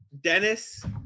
Dennis